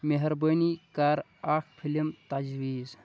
مہربٲنی کر اکھ فِلم تجویٖز